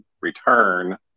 return